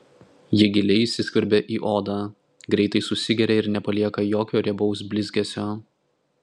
ji giliai įsiskverbia į odą greitai susigeria ir nepalieka jokio riebaus blizgesio